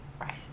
Right